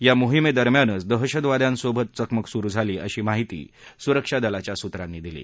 या मोहीमेदरम्यानच दहशतवाद्यांसोबत चकमक सुरु झाली अशी माहिती सुरक्षा दलाच्या सुत्रांनी दिली